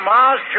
Mars